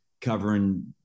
covering